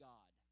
God